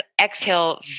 exhale